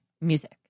music